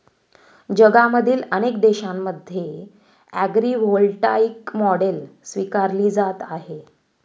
जगातील अनेक देशांमध्ये ॲग्रीव्होल्टाईक मॉडेल स्वीकारली जात आहे